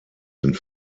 sind